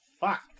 Fuck